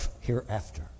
hereafter